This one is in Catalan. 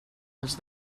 dels